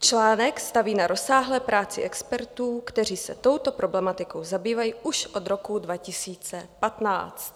Článek staví na rozsáhlé práci expertů, kteří se touto problematikou zabývají už od roku 2015.